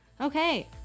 okay